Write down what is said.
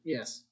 Yes